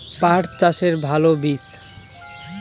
পাঠ চাষের ভালো বীজ?